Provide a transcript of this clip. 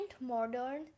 modern